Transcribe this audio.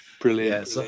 Brilliant